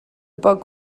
bug